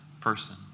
person